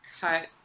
cut